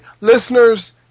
listeners